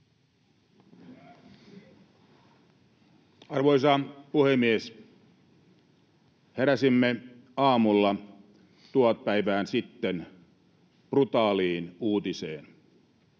Arvoisa puhemies! Heräsimme aamulla tuhat päivää sitten brutaaliin uutiseen.